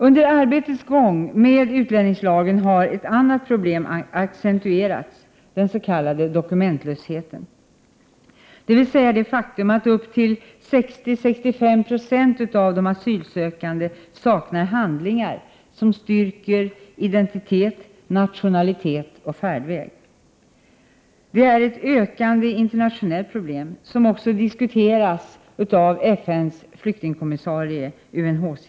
Under arbetets gång med utlänningslagen har ett annat problem accentuerats: den s.k. dokumentlösheten, dvs. det faktum att upp till 60—65 96 av de asylsökande saknar handlingar som styrker identitet, nationalitet och färdväg. Det är ett ökande internationellt problem som också diskuteras inom FN:s flyktingkommissariat, UNHCR.